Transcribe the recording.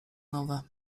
nowe